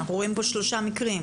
אנחנו רואים פה שלושה מקרים.